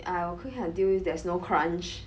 I will cook it until there's no crunch